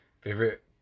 Favorite